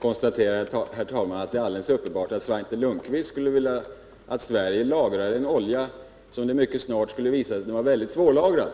Herr talman! Det är alldeles uppenbart att Svante Lundkvist skulle vilja att Sverige lagrade en olja som mycket snart skulle visa sig vara mycket svårlagrad.